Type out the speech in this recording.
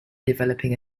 developing